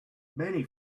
many